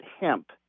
hemp